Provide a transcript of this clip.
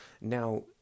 Now